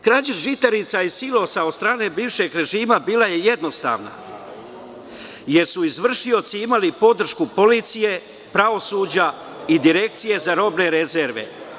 Krađa žitarica i silosa od strane bivšeg režima bila je jednostavna, jer su izvršioci imali podršku policije, pravosuđa i Direkcije za robne rezerve.